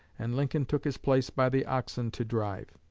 and lincoln took his place by the oxen to drive.